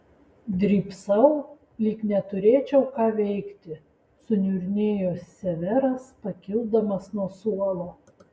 drybsau lyg neturėčiau ką veikti suniurnėjo severas pakildamas nuo suolo